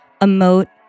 emote